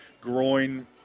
groin